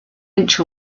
inch